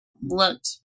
looked